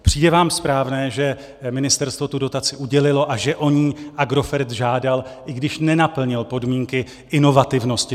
Přijde vám správné, že ministerstvo tu dotaci udělilo a že o ni Agrofert žádal, i když nenaplnil podmínky inovativnosti?